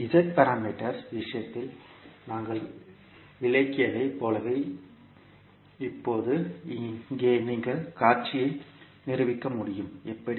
Z parameters விஷயத்தில் நாங்கள் விளக்கியதைப் போலவே இப்போது இங்கே நீங்கள் காட்சியை நிரூபிக்க முடியும் எப்படி